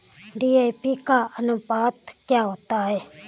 DAP का अनुपात क्या होता है?